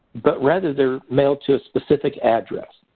but rather they are mailed to a specific address.